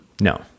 No